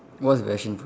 what's ration f~